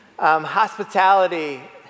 Hospitality